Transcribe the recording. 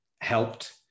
helped